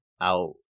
out